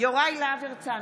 יוראי להב הרצנו,